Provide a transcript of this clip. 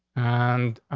and,